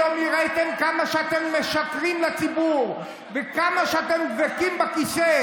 היום הראיתם כמה שאתם משקרים לציבור וכמה שאתם דבקים בכיסא,